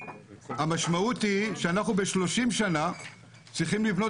המשמעות היא שאנחנו ב-30 שנה צריכים לבנות